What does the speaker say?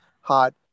hot